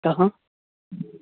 अहाँ